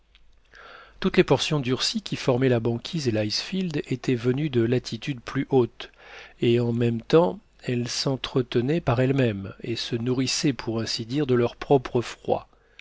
toutes les portions durcies qui formaient la banquise et l'icefield étaient venues de latitudes plus hautes et en même temps elles s'entretenaient par elles-mêmes et se nourrissaient pour ainsi dire de leur propre froid